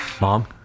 Mom